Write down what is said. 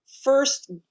first